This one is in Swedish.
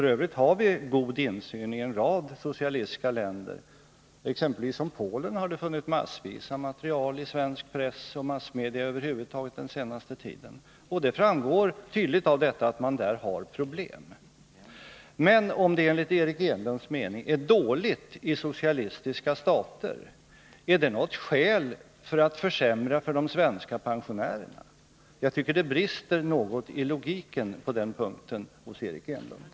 F. ö. har vi en god insyn i en rad socialistiska länder. Om exempelvis Polen har det funnits massor av material i svensk press och massmedia över huvud taget under den senaste tiden. Det framgår tydligt av detta att man där har problem. Men om det enligt Eric Enlunds mening är dåligt i socialistiska stater, är det då något skäl för att försämra för de svenska pensionärerna? Jag tycker att det brister något i logiken på den punkten hos Eric Enlund.